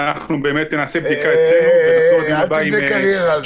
אנחנו באמת נעשה בדיקה אצלנו -- אל תבנה קריירה על זה.